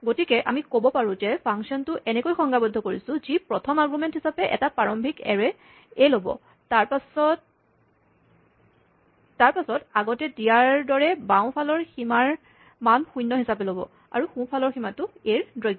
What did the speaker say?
গতিকে আমি ক'ব পাৰোঁ যে আমি ফাংচনটো এনেকৈ সংজ্ঞাবদ্ধ কৰিছোঁ যি প্ৰথম আৰগুমেন্ট হিচাপে এটা প্ৰাৰম্ভিক এৰে এ ল'ব তাৰপাচত আগতে দিয়াৰ দৰে বাওঁফালৰ সীমাৰ মান শূণ্য হিচাপে ল'ব আৰু সোঁফালৰ সীমাটো এ ৰ দৈৰ্ঘ